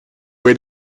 weet